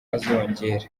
azongera